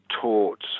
taught